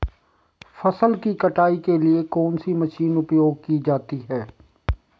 फसल की कटाई के लिए कौन सी मशीन उपयोग की जाती है?